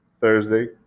Thursday